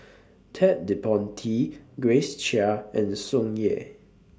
Ted De Ponti Grace Chia and Tsung Yeh